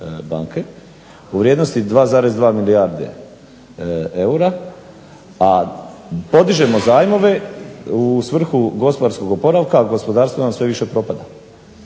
u vrijednosti 2,2 milijarde eura, a podižemo zajmove u svrhu gospodarskog oporavka, a gospodarstvo nam sve više propada.